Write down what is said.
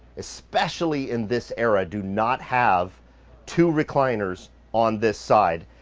especially in this era do not have two recliners on this side.